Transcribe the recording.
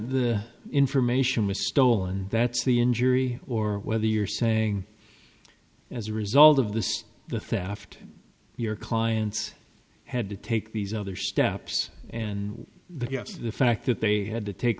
the information was stolen that's the injury or whether you're saying as a result of this the theft your clients had to take these other steps and the yes the fact that they had to take